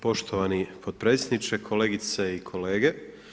Poštovani potpredsjedniče, kolegice i kolege.